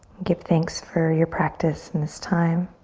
give thanks for your practice and this time,